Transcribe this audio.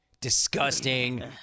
disgusting